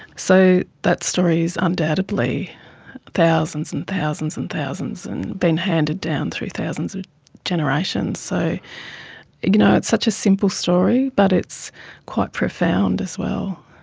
so that story is undoubtedly thousands and thousands and thousands and been handed down through thousands of and generations. so you know it's such a simple story but it's quite profound as well.